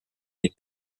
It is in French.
des